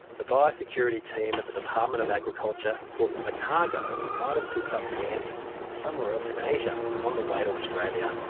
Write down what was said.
the biosecurity team at the department of agriculture thought that the cargo might have picked up the ants somewhere else in asia on the way to australia.